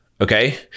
Okay